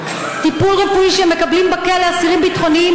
טיפול רפואי שמקבלים בכלא אסירים ביטחוניים